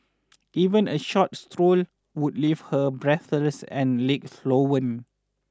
even a short stroll would leave her breathless and legs swollen